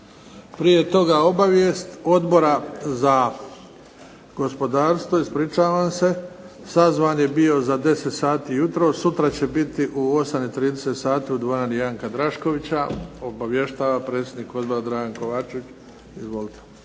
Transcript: Prije toga obavijest Odbora za gospodarstvo, ispričavam se. Sazvan je bio za 10 sati jutros, sutra će biti u 8,30 sati u dvorani "Janka Draškovića", obavještava predsjednik odbora Dragan Kovačević. Izvolite.